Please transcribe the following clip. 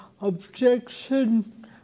objection